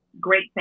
great